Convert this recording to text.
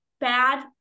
bad